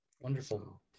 wonderful